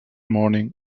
morning